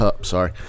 Sorry